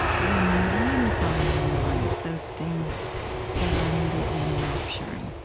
we magnify in our minds those things that are immediately enrapturing